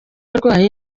arwaye